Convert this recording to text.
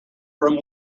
from